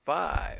five